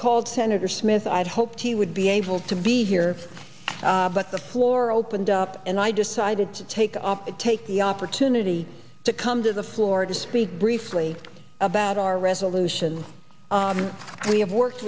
called senator smith i had hoped he would be able to be here but the floor opened up and i decided to take up to take the opportunity to come to the floor to speak briefly about our resolution we have worked